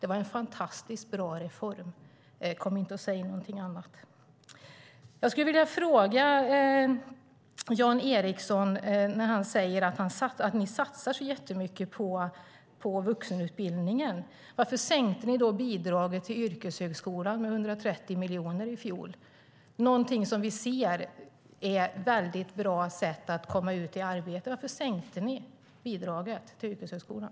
Det var en fantastiskt bra reform. Kom inte och säg någonting annat. Jag skulle vilja fråga Jan Ericson om det han säger om att Alliansen satsar så mycket på vuxenutbildningen. Varför sänkte ni då bidraget till yrkeshögskolan med 130 miljoner i fjol? Den är ett bra sätt att komma ut i arbete. Varför sänkte ni bidraget till den?